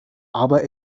aber